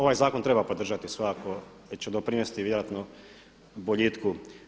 Ovaj zakon treba podržati svakako jer će doprinesti vjerojatno boljitku.